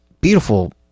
beautiful